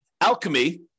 Alchemy